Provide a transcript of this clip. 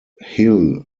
hill